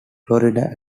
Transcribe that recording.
florida